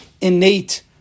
innate